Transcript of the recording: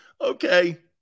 Okay